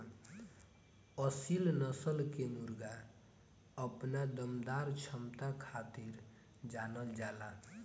असील नस्ल के मुर्गा अपना दमदार क्षमता खातिर जानल जाला